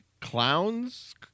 Clown's